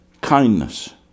kindness